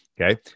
Okay